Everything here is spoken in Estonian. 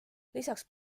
lisaks